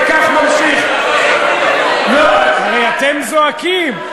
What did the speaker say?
וכך ממשיך, אתם זועקים.